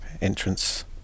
entrance